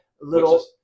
Little